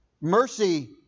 mercy